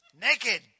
Naked